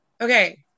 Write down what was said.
Okay